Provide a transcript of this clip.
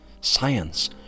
science